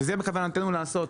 ואת זה בכוונתנו לעשות.